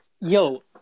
Yo